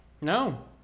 No